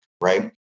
right